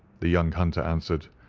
the young hunter answered.